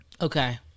Okay